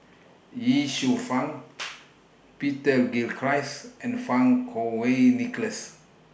Ye Shufang Peter Gilchrist and Fang Kuo Wei Nicholas